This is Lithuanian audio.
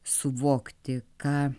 suvokti ką